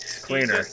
Cleaner